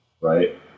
right